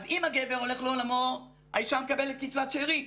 אז אם הגבר הולך לעולמו, האישה מקבלת קצבת שארים.